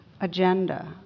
agenda